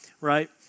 right